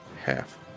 half